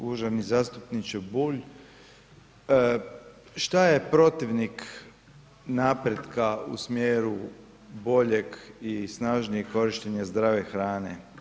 Uvaženi zastupniče Bulj, šta je protivnik napretka u smjeru boljeg i snažnijeg korištenja zdrave hrane?